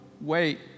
wait